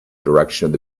direction